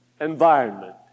environment